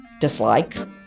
dislike